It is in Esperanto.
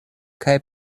kaj